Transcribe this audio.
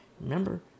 remember